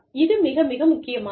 இது மிக மிக முக்கியமானது